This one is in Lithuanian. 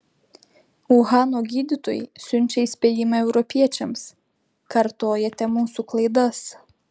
uhano gydytojai siunčia įspėjimą europiečiams kartojate mūsų klaidas